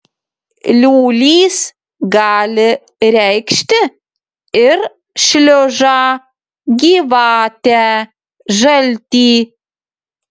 liūlys gali reikšti ir šliužą gyvatę žaltį